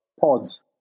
pods